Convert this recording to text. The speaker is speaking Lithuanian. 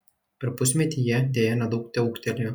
per pusmetį jie deja nedaug teūgtelėjo